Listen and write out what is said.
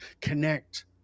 connect